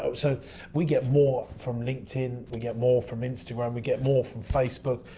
um so we get more from linkedin, we get more from instagram, we get more from facebook,